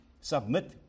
submit